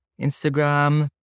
Instagram